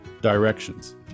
Directions